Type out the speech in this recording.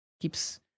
keeps